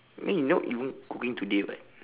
then you not even cooking today [what]